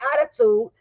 attitude